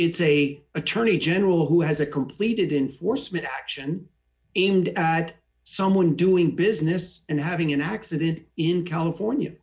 it's a attorney general who has a completed in forcemeat action end at someone doing business and having an accident in california